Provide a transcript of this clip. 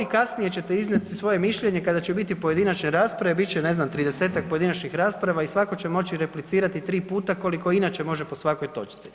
Kasnije ćete iznijeti svoje mišljenje kada će biti pojedinačne rasprave, bit će ne znam 30-ak pojedinačnih rasprava i svako će moći replicirati tri puta koliko inače može po svakoj točci.